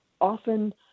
often